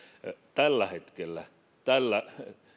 tällä hetkellä tällä